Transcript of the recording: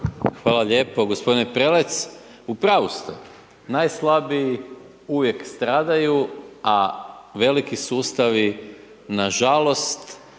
Hvala lijepo. Gospodine Prelec, u pravu ste, najslabiji uvijek stradaju a veliki sustavi nažalost